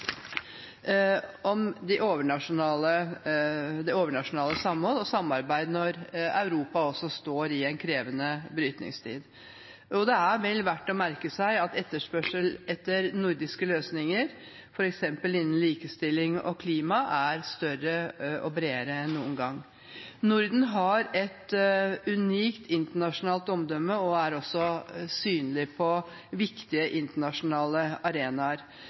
om det overnasjonale samhold og samarbeid når Europa står i en krevende brytningstid. Det er vel verdt å merke seg at etterspørselen etter nordiske løsninger, f.eks. innen likestilling og klima, er større og bredere enn noen gang. Norden har et unikt internasjonalt omdømme og er også synlig på viktige internasjonale arenaer.